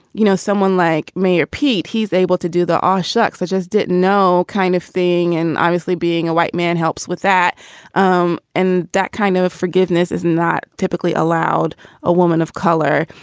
you know, someone like me or pete, he's able to do the um shucks. i just didn't know kind of thing. and obviously, being a white man helps with that um and that kind of forgiveness is not typically allowed a woman of color.